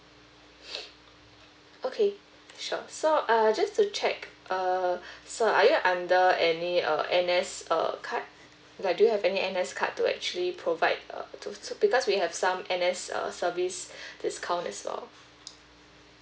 okay sure so uh just to check uh so are you under any uh N_S uh card like do you have any N_S card to actually provide uh to to because we have some N_S uh service discount as well